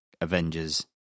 avengers